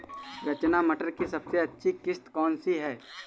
रचना मटर की सबसे अच्छी किश्त कौन सी है?